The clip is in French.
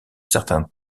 certain